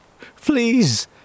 Please